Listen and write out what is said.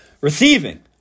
Receiving